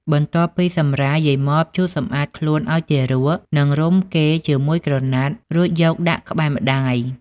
បន្ទាប់ពីសម្រាល យាយម៉បជូតសម្អាតខ្លួនឱ្យទារក និងរុំគេជាមួយក្រណាត់ រួចយកដាក់ក្បែរម្ដាយ។